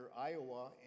Iowa